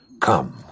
Come